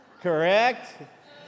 Correct